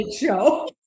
show